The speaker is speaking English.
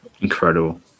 incredible